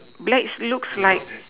blades looks like